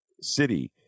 city